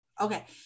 Okay